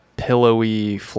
pillowy